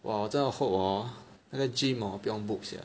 !wah! 我真的 hope hor 那个 gym hor 不用 book sia